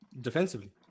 Defensively